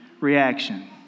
reaction